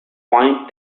point